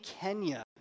Kenya